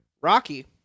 Rocky